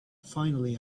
finally